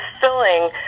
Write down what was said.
filling